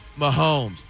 Mahomes